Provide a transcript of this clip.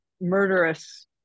murderous